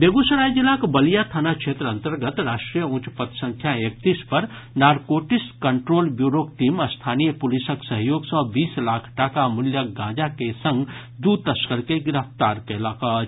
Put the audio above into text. बेगूसराय जिलाक बलिया थाना क्षेत्र अंतर्गत राष्ट्रीय उच्च पथ संख्या एकतीस पर नारकोटिक्स कंट्रोल ब्यूरोक टीम स्थानीय पुलिसक सहयोग सॅ बीस लाख टाका मूल्यक गांजा के संग दु तस्कर के गिरफ्तार कयलक अछि